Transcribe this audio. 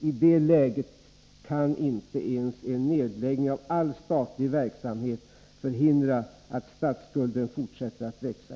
I det läget kan inte ens en nedläggning av all statlig verksamhet förhindra att statsskulden fortsätter att växa.